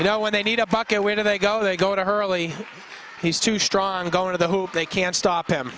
you know when they need a puck and where do they go they go to her early he's too strong going to the hoop they can't stop him